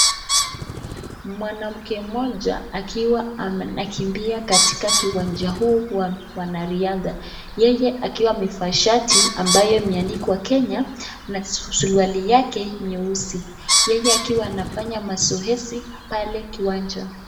Mwanamke mmoja akiwa anakimbia katika kiwanja huu wa wanariadha, yeye akiwa amevaa shati ambayo imeandikwa Kenya na suruali yake nyeusi. Yeye akiwa anafanya mazoezi pale kiwanja.